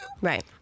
Right